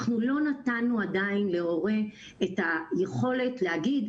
אנחנו לא נתנו עדיין להורה את היכולת להגיד,